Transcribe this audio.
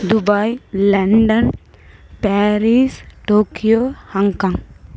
Dubai London Paris Tokyo Hong Kong